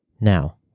Now